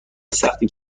سخته